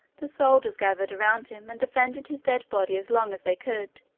the soldiers gathered around him and defended his dead body as long as they could.